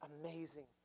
Amazing